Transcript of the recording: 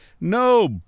No